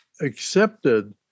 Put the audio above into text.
accepted